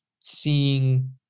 seeing